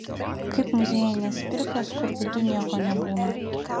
kaip muziejinės pirkios kur viduj nieko nebūna